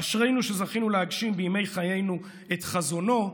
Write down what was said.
אשרינו שזכינו להגשים בימי חיינו את חזונו.